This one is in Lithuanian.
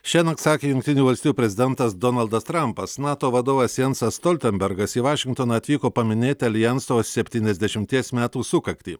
šiąnakt sakė jungtinių valstijų prezidentas donaldas trampas nato vadovas jansas stoltenbergas į vašingtoną atvyko paminėti aljanso septyniasdešimties metų sukaktį